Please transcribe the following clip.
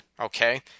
okay